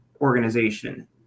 organization